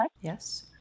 Yes